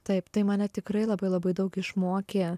taip tai mane tikrai labai labai daug išmokė